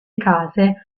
case